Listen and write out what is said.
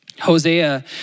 Hosea